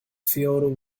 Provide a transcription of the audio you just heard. filled